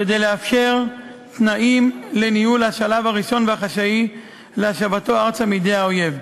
כדי לאפשר תנאים לניהול השלב הראשון והחשאי להשבתו ארצה מידי האויב.